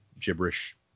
gibberish